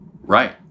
right